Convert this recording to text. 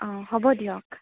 অঁ হ'ব দিয়ক